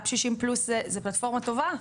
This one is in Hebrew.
אפ שישים פלוס זה פלטפורמה טובה,